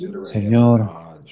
Señor